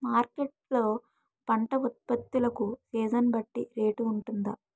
Market లొ పంట ఉత్పత్తి లకు సీజన్ బట్టి రేట్ వుంటుందా?